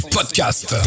Podcast